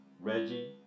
Reggie